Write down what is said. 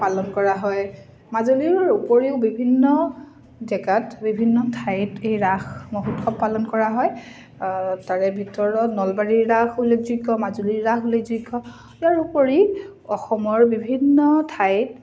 পালন কৰা হয় মাজুলীৰ উপৰিও বিভিন্ন জেগাত বিভিন্ন ঠাইত এই ৰাস মহোৎসৱ পালন কৰা হয় তাৰে ভিতৰত নলবাৰীৰ ৰাস উল্লেখযোগ্য মাজুলীৰ ৰাস উল্লেখযোগ্য ইয়াৰ উপৰি অসমৰ বিভিন্ন ঠাইত